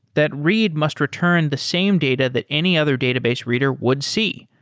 that read must return the same data that any other database reader would see,